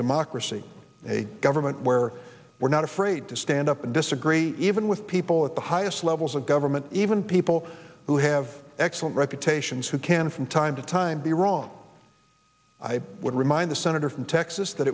democracy a government where we're not afraid to stand up and disagree even with people at the highest levels of government even will who have excellent reputations who can from time to time be wrong i would remind the senator from texas that